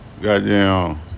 Goddamn